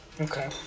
Okay